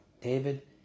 David